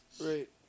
Right